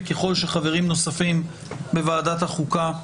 וככל שחברים נוספים בוועדת החוקה,